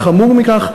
וחמור מכך,